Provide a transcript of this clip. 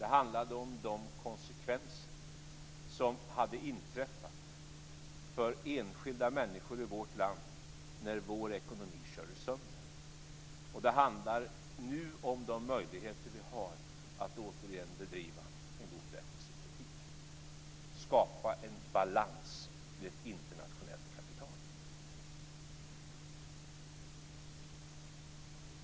Den handlade om de konsekvenser som drabbade enskilda människor i vårt land när vår ekonomi kördes sönder.